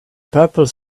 purple